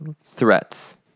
threats